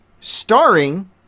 starring